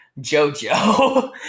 JoJo